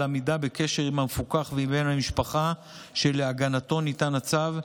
עמידה בקשר עם המפוקח ועם בן המשפחה שלהגנתו ניתן הצו,